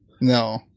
No